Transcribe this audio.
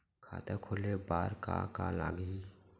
खाता खोले बार का का लागही?